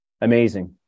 Amazing